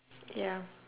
ya